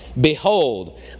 Behold